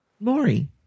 Lori